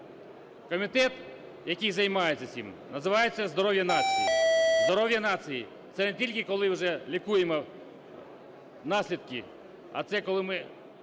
Комітет, який займається цим, називається - здоров'я нації. Здоров'я нації – це не тільки, коли вже лікуємо наслідки, а це, коли ми